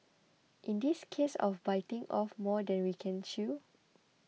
in this a case of biting off more than we can chew